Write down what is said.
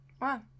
Wow